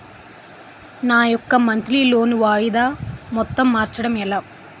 నా యెక్క monthly loan వాయిదా మొత్తం మార్చడం ఎలా?